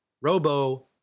Robo